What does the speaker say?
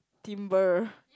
timber